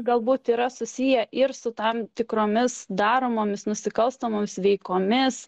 galbūt yra susiję ir su tam tikromis daromomis nusikalstamomis veikomis